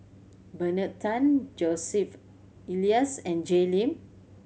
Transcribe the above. Bernard Tan Joseph Elias and Jay Lim